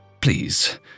Please